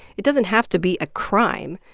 it doesn't have to be a crime.